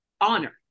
honor